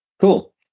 cool